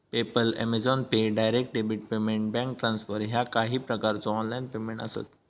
PayPal, Amazon pay, direct debit payment, bank transfer ह्या काही प्रकारचो ऑनलाइन पेमेंट आसत